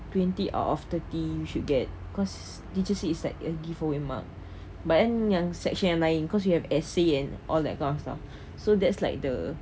twenty out of thirty you should get cause teachers said is like a giveaway mark but then yang section yang lain cause you have essay and all that kind of stuff so that's like the